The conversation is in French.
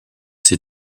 ses